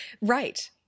Right